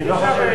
אני לא חושב,